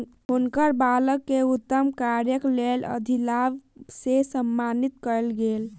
हुनकर बालक के उत्तम कार्यक लेल अधिलाभ से सम्मानित कयल गेल